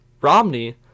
romney